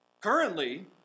currently